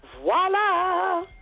Voila